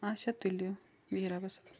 اچھا تُلِو بہِو رۄبس حوالہٕ